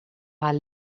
haar